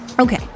Okay